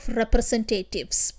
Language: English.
representatives